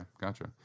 gotcha